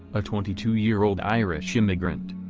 a twenty two year old irish immigrant.